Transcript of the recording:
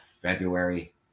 February